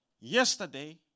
Yesterday